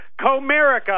Comerica